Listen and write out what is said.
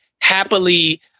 happily